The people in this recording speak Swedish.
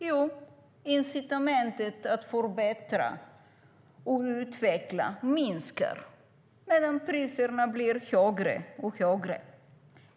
Jo, incitamentet att förbättra och utveckla minskar medan priserna blir högre och högre.